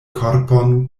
korpon